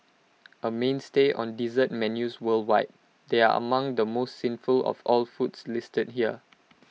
A mainstay on dessert menus worldwide they are among the most sinful of all the foods listed here